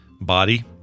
body